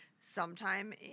sometime